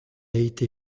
été